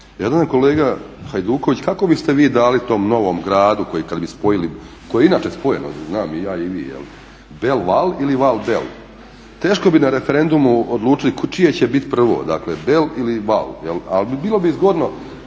kolega Hajduković kako biste vi dali tom novom gradu koji kad bi spojili, koji je inače spojen znam i ja i vi, Belval ili Valbel? Teško bi na referendumu odlučili čije će biti prvo, dakle Bel ili Val? Ali bilo bi zgodno